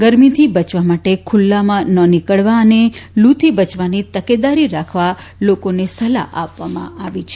ગરમીથી બચવા માટે ખુલ્લામાં ન નીકળવા અને લૂ થી બચવાની તકેદારી રાખવા લોકોને સલાહ આપવામાં આવી છે